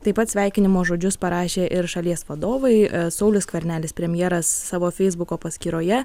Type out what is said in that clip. taip pat sveikinimo žodžius parašė ir šalies vadovai saulius skvernelis premjeras savo feisbuko paskyroje